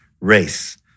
race